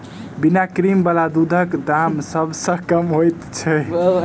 बिना क्रीम बला दूधक दाम सभ सॅ कम होइत छै